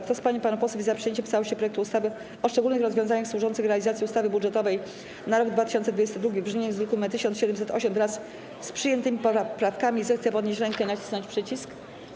Kto z pań i panów posłów jest za przyjęciem w całości projektu ustawy o szczególnych rozwiązaniach służących realizacji ustawy budżetowej na rok 2022 w brzmieniu z druku nr 1708, wraz z przyjętymi poprawkami, zechce podnieść rękę i nacisnąć przycisk.